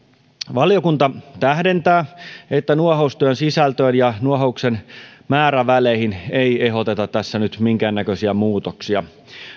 valiokunta tähdentää että nuohoustyön sisältöön ja nuohouksen määräväleihin ei tässä ehdoteta nyt minkäännäköisiä muutoksia